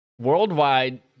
Worldwide